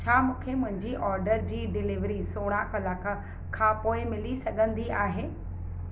छा मूंखे मुंहिंजे ऑर्डर जी डिलीवरी सोरहं कलाक खां पोइ मिली सघंदी आहे